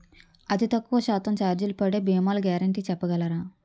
అతి తక్కువ శాతం ఛార్జీలు పడే భీమాలు గ్యారంటీ చెప్పగలరా?